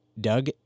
Doug